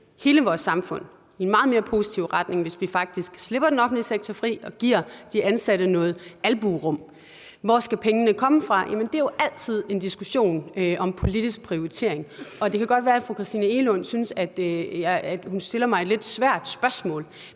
hele vores samfund i en meget mere positiv retning, hvis vi faktisk slipper den offentlige sektor fri og giver de ansatte noget albuerum. Hvor skal pengene komme fra? Det er jo altid en diskussion om politisk prioritering, og det kan godt være, at fru Christina Egelund synes, at hun stiller mig et lidt svært spørgsmål,